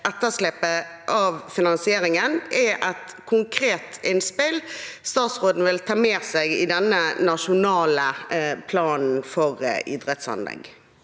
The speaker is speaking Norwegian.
etterslepet i finansieringen er et konkret innspill statsråden vil ta med seg i denne nasjonale planen for idrettsanlegg.